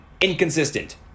inconsistent